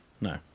No